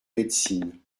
médecine